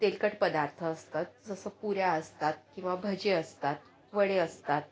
तेलकट पदार्थ असतात जसं पुऱ्या असतात किंवा भजे असतात वडे असतात